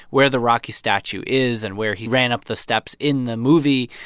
where the rocky statue is and where he ran up the steps in the movie.